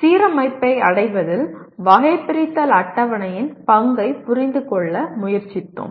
சீரமைப்பை அடைவதில் வகைபிரித்தல் அட்டவணையின் பங்கைப் புரிந்துகொள்ள முயற்சித்தோம்